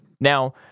Now